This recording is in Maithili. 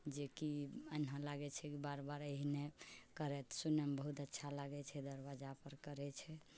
जेकि एना लागै छै कि बार बार अहिने करैत सुनैमे बहुत अच्छा लागै छै दरवाजा पर करै छै